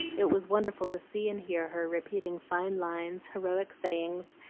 it was wonderful to see and hear her repeating fine lines, heroic sayings,